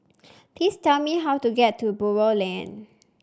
please tell me how to get to Buroh Lane